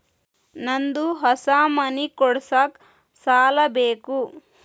ನಂದು ಹೊಸ ಮನಿ ಕಟ್ಸಾಕ್ ಸಾಲ ಬೇಕು